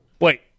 Wait